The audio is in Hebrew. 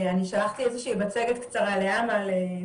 אני שלחתי מצגת קצרה לאמל,